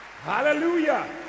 Hallelujah